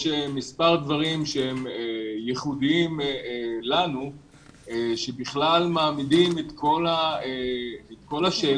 יש מספר דברים שהם ייחודים לנו ובכלל מעמידים את כל השאלה